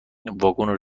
واگن